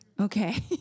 okay